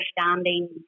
understanding